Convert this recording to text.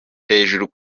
hejuru